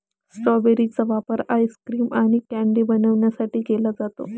strawberry चा वापर ice cream आणि कँडी बनवण्यासाठी केला जातो